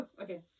okay